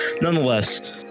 nonetheless